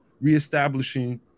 reestablishing